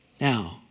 now